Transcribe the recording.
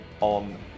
on